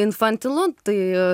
infantilu tai